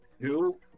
Two